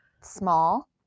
Small